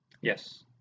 Yes